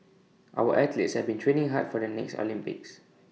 our athletes have been training hard for the next Olympics